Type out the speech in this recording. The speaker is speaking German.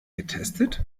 getestet